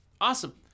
Awesome